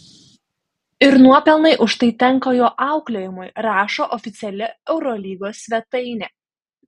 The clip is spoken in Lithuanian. ir nuopelnai už tai tenka jo auklėjimui rašo oficiali eurolygos svetainė